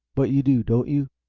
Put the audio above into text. but you do, don't you?